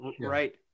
right